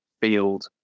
field